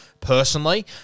personally